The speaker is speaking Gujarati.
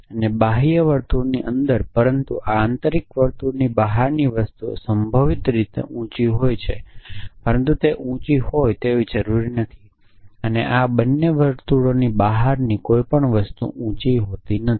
અને બાહ્ય વર્તુળની અંદર પરંતુ આંતરિક વર્તુળની બહારની વસ્તુ સંભવત રીતે ઉંચી હોય છે પરંતુ તે ઉંચી હોવી જરૂરી નથી અને બંને વર્તુળની બહારની કોઈપણ વસ્તુ ઉંચી હોતી નથી